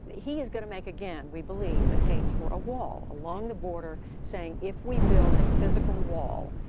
he is going to make again, we believe, a case for a wall along the border, saying, if we build a physical wall,